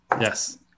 yes